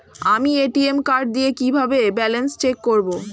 আমি ATM card দিয়ে কিভাবে ব্যালেন্স চেক করব?